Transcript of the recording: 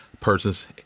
persons